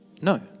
No